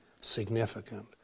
significant